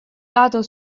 lato